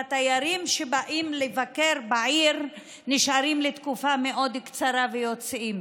והתיירים שבאים לבקר בעיר נשארים לתקופה מאוד קצרה ויוצאים.